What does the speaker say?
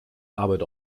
arbeit